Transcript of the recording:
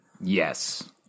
Yes